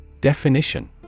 Definition